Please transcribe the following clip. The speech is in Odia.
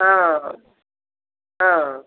ହଁ ହଁ